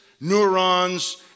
neurons